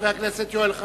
חבר הכנסת יואל חסון,